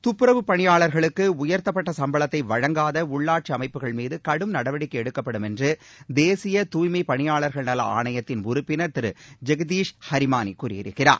துப்புறவு பணியாளா்களுக்கு உயா்த்தப்பட்ட சம்பளத்தை வழங்காத உள்ளாட்சி அமைப்புகள் மீது கடும் நடவடிக்கை எடுக்கப்படும் என்று தேசிய தூய்மைப் பணியாளர்கள் நல ஆணையத்தின் உறப்பின் திரு ஜெகதீஷ் ஹரிமானி கூறியிருக்கிறார்